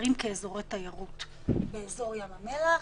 שמוגדרים כאזורי תיירות באזור ים המלח,